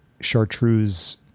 chartreuse